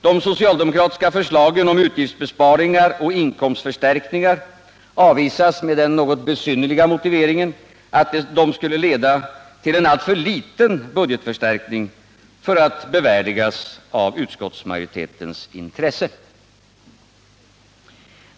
De socialdemokratiska förslagen om utgiftsbesparingar och inkomstförstärkningar avvisas med den något besynnerliga motiveringen att de skulle leda till en alltför liten budgetförstärkning, för att förslagen skulle bevärdigas med utskottsmajoritetens intresse.